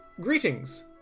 Greetings